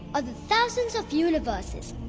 of the thousands of universes,